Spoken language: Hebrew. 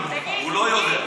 היא יודעת